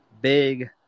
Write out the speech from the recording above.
big